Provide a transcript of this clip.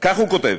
כך הוא כותב.